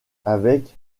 avec